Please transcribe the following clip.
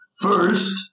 First